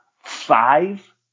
five